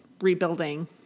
rebuilding